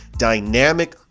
dynamic